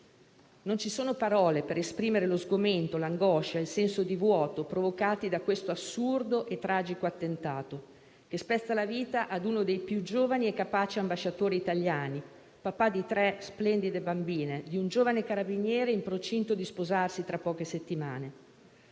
Non ci sono parole per esprimere lo sgomento, l'angoscia e il senso di vuoto provocati da questo assurdo e tragico attentato, che spezza la vita a uno dei più giovani e capaci ambasciatori italiani, papà di tre splendide bambine, e di un giovane carabiniere in procinto di sposarsi tra poche settimane.